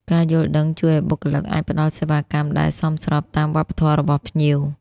ការយល់ដឹងជួយឱ្យបុគ្គលិកអាចផ្តល់សេវាកម្មដែលសមស្របតាមវប្បធម៌របស់ភ្ញៀវ។